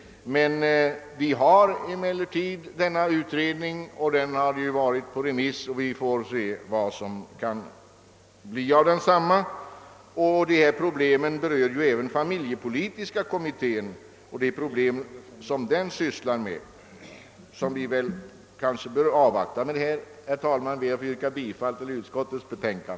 Utredningens betänkande har varit på remiss, och vi får se vad det så småningom kan leda till. Dessa problem berör även familjepolitiska kommittén, och vi bör kanske avvakta de förslag som den kommer att framlägga. Med detta ber jag, herr talman, att få yrka bifall till utskottets hemställan.